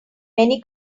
many